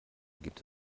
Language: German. gibt